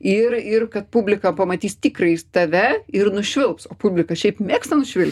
ir ir kad publika pamatys tikrąjį tave ir nušvilps o publika šiaip mėgsta nušvilpt